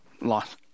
lost